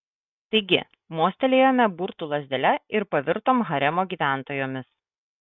taigi mostelėjome burtų lazdele ir pavirtom haremo gyventojomis